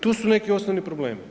To su neki osnovni problemi.